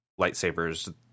lightsabers